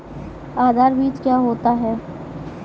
आधार बीज क्या होता है?